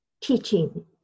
teaching